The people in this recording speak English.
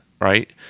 right